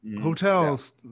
hotels